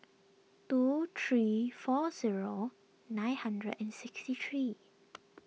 two three four zero nine hundred and sixty three